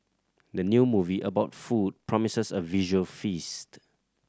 the new movie about food promises a visual feast